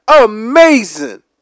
amazing